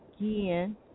again